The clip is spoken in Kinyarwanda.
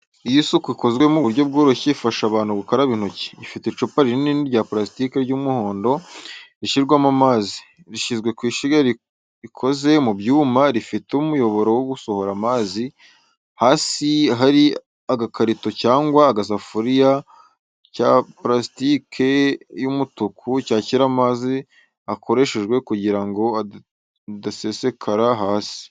Iyo isuku ikozwe mu buryo bworoshye ifasha abantu gukaraba intoki. Ifite icupa rinini rya parasitike ry’umuhondo, rishyirwamo amazi. Rishyizwe ku ishyiga rikoze mu byuma rifite umuyoboro wo gusohora amazi. Hasi hari agakarito cyangwa igisafuriya cya parasitiki y’umutuku yakira amazi akoreshejwe kugira ngo adasesekara hasi.